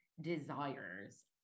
desires